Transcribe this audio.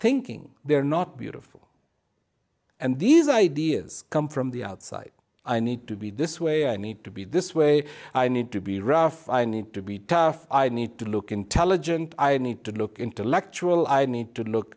thinking they're not beautiful and these ideas come from the outside i need to be this way i need to be this way i need to be rough i need to be tough i need to look intelligent i need to look into lecture will i need to look